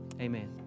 amen